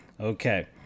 Okay